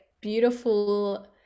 beautiful